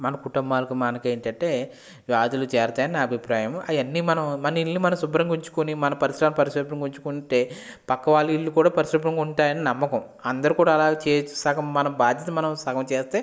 మన కుటుంబాలకి మనకు ఏంటంటే వ్యాధులు చేరుతాయని నా అభిప్రాయం అవన్నీ మన ఇల్లు మన శుభ్రంగా ఉంచుకొని మన పరిసరాలు పరిశుభ్రంగా ఉంచుకుంటే పక్క వాళ్ళ ఇల్లు కూడా పరిశుభ్రంగా ఉంటాయని నమ్మకం అందరూ కూడ అలా చెయ్యచ్చు మన భాద్యత మనం సగం చేస్తే